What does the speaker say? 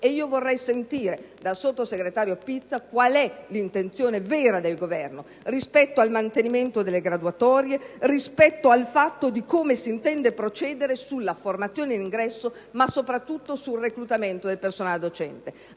Vorrei sapere dal sottosegretario Pizza qual è l'intenzione vera del Governo rispetto al mantenimento delle graduatorie, come si intende procedere sulla formazione in ingresso e soprattutto sul reclutamento del personale docente.